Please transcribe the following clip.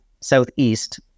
southeast